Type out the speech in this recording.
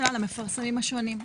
למפרסמים השונים.